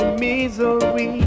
misery